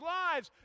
lives